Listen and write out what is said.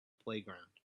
playground